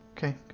Okay